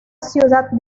ciudad